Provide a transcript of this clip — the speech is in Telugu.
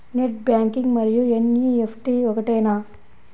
నెట్ బ్యాంకింగ్ మరియు ఎన్.ఈ.ఎఫ్.టీ ఒకటేనా?